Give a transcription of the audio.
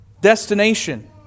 destination